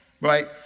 right